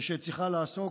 שצריכה לעסוק.